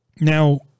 Now